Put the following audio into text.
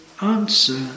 answer